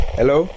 Hello